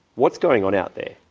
what's going on out there?